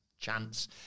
Chance